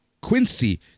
Quincy